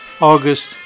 August